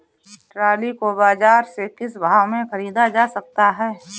Trolley को बाजार से किस भाव में ख़रीदा जा सकता है?